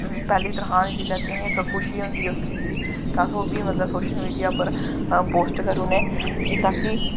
पैह्लै तनख्वा दी चीज़ लैत्ती असें खुशी होंदी ते अस ओह् बी सोशल मिडिया पर पोस्ट करी ओड़ने कि ताकि